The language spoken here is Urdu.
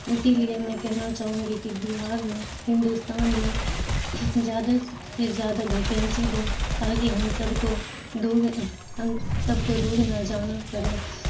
اسی لیے میں کہنا چاہوں گی کہ بہار میں ہندوستان میں زیادہ سے زیادہ بھیکنسی دیں تاکہ ہم سب کو دور ہم سب کو دور نہ جانا پرے